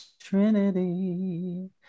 trinity